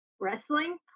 wrestling